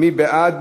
מי בעד?